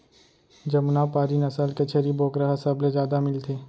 जमुना पारी नसल के छेरी बोकरा ह सबले जादा मिलथे